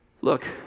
Look